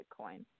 Bitcoin